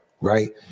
right